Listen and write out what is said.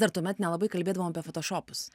dar tuomet nelabai kalbėdavom apie fotošopus